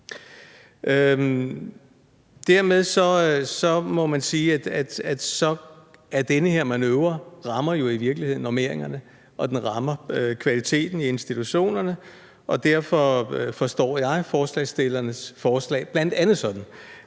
Dermed må man sige, at den her manøvre i virkeligheden rammer normeringerne og den rammer kvaliteten i institutionerne, og derfor forstår jeg forslagsstillernes forslag bl.a. sådan,